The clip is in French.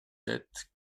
sept